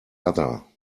other